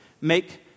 make